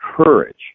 courage